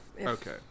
Okay